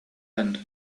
end